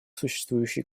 существующие